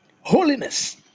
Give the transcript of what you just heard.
Holiness